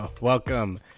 Welcome